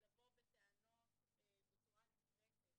לבוא בטענות בצורה נחרצת